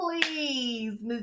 please